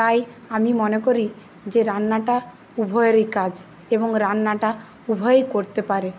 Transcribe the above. তাই আমি মনে করি যে রান্নাটা উভয়েরই কাজ এবং রান্নাটা উভয়েই করতে পারে